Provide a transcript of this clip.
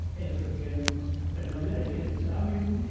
africans, and americans. i mean,